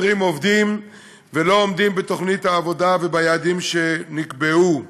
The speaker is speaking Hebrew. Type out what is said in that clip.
מפטרים עובדים ולא עומדים בתוכנית העבודה וביעדים שנקבעו.